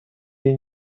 این